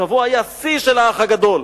השבוע היה שיא של "האח הגדול":